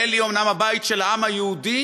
ישראל היא אומנם הבית של העם היהודי,